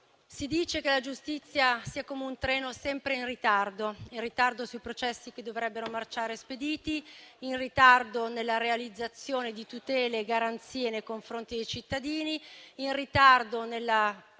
Si dice che la giustizia sia come un treno sempre in ritardo: in ritardo sui processi che dovrebbero marciare spediti; in ritardo nella realizzazione di tutele e garanzie nei confronti dei cittadini; in ritardo nella